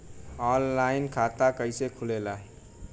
Online खाता कइसे खुलेला?